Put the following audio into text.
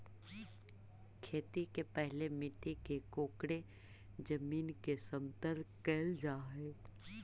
खेती के पहिले मिट्टी के कोड़के जमीन के समतल कैल जा हइ